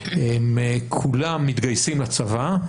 הם כולם מתגייסים לצבא,